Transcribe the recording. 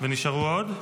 נשארו עוד?